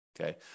Okay